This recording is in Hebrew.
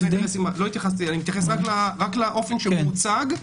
אני מתייחס רק לאופן שמוצג.